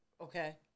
Okay